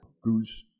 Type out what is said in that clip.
Goose